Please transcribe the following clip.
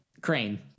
crane